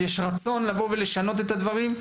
יש רצון לבוא ולשנות את הדברים.